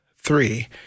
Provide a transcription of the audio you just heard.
three